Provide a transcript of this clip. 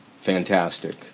Fantastic